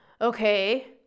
okay